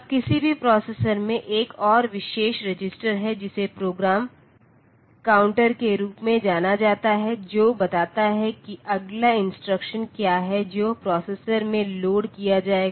अब किसी भी प्रोसेसर में एक और विशेष रजिस्टर है जिसे प्रोग्राम काउंटर के रूप में जाना जाता है जो बताता है कि अगला इंस्ट्रक्शन क्या है जो प्रोसेसर में लोड किया जाएगा